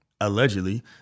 allegedly